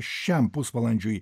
šiam pusvalandžiui